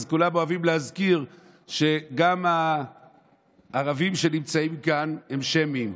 אז כולם אוהבים להזכיר שגם הערבים שנמצאים כאן הם שמים.